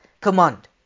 command